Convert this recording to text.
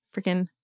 Freaking